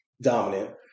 dominant